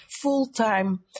full-time